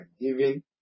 giving